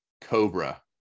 Cobra